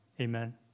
Amen